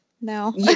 No